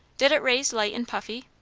did it raise light and puffy?